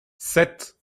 sept